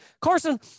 Carson